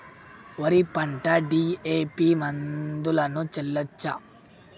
వరి పంట డి.ఎ.పి మందును చల్లచ్చా?